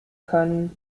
können